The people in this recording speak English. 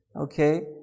Okay